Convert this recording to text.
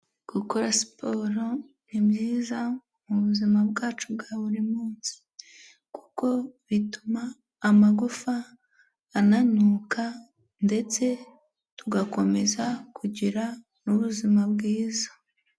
Gukora siporo ni byiza mu buzima bwacu bwa buri munsi. Kuko bituma amagufa ananuka ndetse tugakomeza kugira n'ubuzima bwiza.